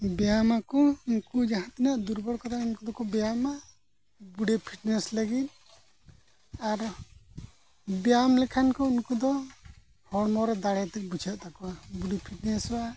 ᱵᱮᱭᱟᱢᱟᱠᱚ ᱩᱱᱠᱩ ᱡᱟᱦᱟᱸ ᱛᱤᱱᱟᱹᱜ ᱫᱩᱨᱵᱚᱞ ᱠᱚ ᱛᱟᱦᱮᱱᱟ ᱩᱱᱠᱩ ᱫᱚ ᱵᱮᱭᱟᱢᱟ ᱵᱚᱰᱤ ᱯᱷᱤᱴᱱᱮᱥ ᱞᱟᱹᱜᱤᱫ ᱟᱨ ᱵᱮᱭᱟᱢ ᱞᱮᱠᱷᱟᱱ ᱠᱚ ᱩᱱᱠᱩ ᱫᱚ ᱦᱚᱲᱢᱚ ᱨᱮ ᱫᱟᱲᱮ ᱵᱩᱡᱷᱟᱹᱜ ᱛᱟᱠᱚᱣᱟ ᱵᱚᱰᱤ ᱯᱷᱤᱴᱱᱮᱥᱚᱜᱼᱟ